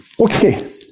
Okay